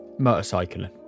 motorcycling